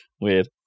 Weird